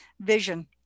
vision